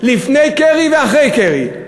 לפני קרי ואחרי קרי,